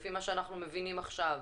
לפי מה שאנחנו מבינים עכשיו?